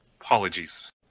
Apologies